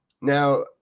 now